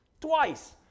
twice